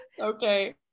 okay